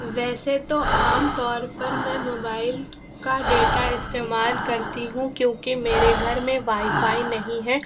ویسے تو عام طور پر میں موبائل کا ڈیٹا استعمال کرتی ہوں کیوں کہ میرے گھر میں وائی فائی نہیں ہے